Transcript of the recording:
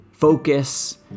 focus